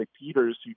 Peters